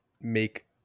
make